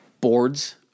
boards